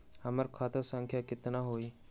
हमर खाता संख्या केतना हई?